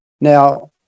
Now